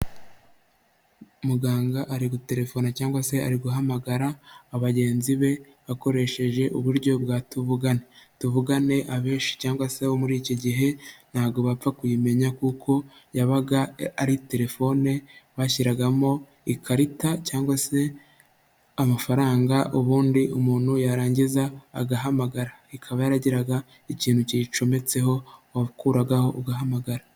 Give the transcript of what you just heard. Muganga ari guterefona cyangwa se ari guhamagara abagenzi be akoresheje uburyo bwa tuvugane. Tuvugane abenshi cyangwa se abo muri iki gihe ntabwo bapfa kuyimenya, kuko yabaga ari telefone bashyiragamo ikarita cyangwa se amafaranga ubundi umuntu yarangiza agahamagara. Ikaba yaragiraga ikintu kiyicometseho wakuragaho ugahamagara.